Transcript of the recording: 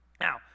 Now